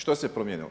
Što se promijenilo?